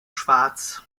schwartz